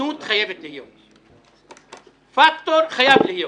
הוגנות חייבת להיות, פקטור חייב להיות.